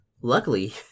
luckily